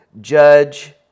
judge